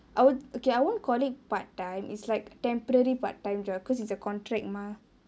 I won't okay I won't call it part time it is like temporary part time job because it's a contract mah